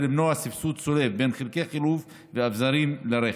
למנוע סבסוד צולב בין חלקי חילוף ואביזרים לרכב.